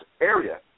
area